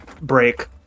break